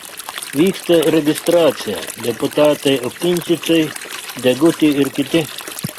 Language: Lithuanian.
vyksta registracija deputatai okinčicai deguti ir kiti